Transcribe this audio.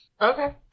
Okay